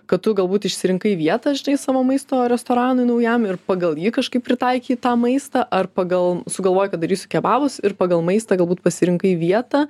kad tu galbūt išsirinkai vietą žinai savo maisto restoranui naujam ir pagal jį kažkaip pritaikei tą maistą ar pagal sugalvojai kad darysiu kebabus ir pagal maistą galbūt pasirinkai vietą